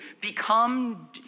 become